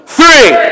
three